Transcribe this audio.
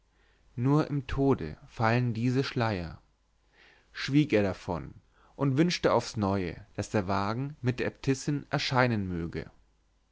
nur im tode fallen diese schleier schwieg er davon und wünschte aufs neue daß der wagen mit der äbtissin erscheinen möge